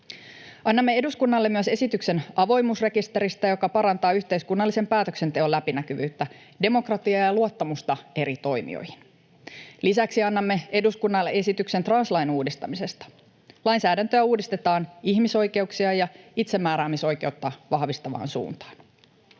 Annamme eduskunnalle myös esityksen avoimuusrekisteristä, joka parantaa yhteiskunnallisen päätöksenteon läpinäkyvyyttä, demokratiaa ja luottamusta eri toimijoihin. Lisäksi annamme eduskunnalle esityksen translain uudistamisesta. Lainsäädäntöä uudistetaan ihmisoikeuksia ja itsemääräämisoikeutta vahvistavaan suuntaan.